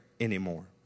anymore